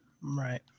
Right